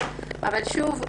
אבל שוב,